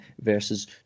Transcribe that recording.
versus